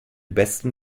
besten